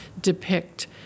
depict